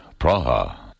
Praha